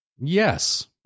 Yes